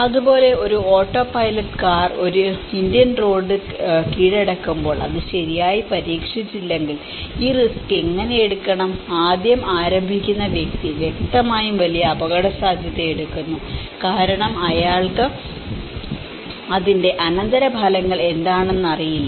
അതുപോലെ ഒരു autopilot car ഒരു ഇന്ത്യൻ റോഡിൽ കീഴടക്കുമ്പോൾ അത് ശരിയായി പരീക്ഷിച്ചില്ലെങ്കിൽ ഈ റിസ്ക് എങ്ങനെ എടുക്കണം ആദ്യം ആരംഭിക്കുന്ന വ്യക്തി വ്യക്തമായും വലിയ അപകടസാധ്യത എടുക്കുന്നു കാരണം അയാൾക്ക് അതിന്റെ അനന്തരഫലങ്ങൾ എന്താണെന്ന് അറിയില്ല